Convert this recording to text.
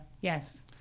yes